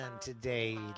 today